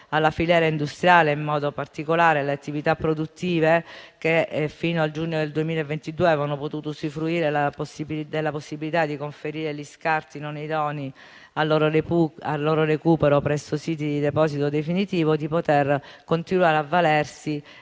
alla filiera industriale, in modo particolare alle attività produttive che fino al giugno del 2022 avevano potuto usufruire della possibilità di conferire gli scarti non idonei al recupero presso siti di deposito definitivo, di poter continuare ad avvalersi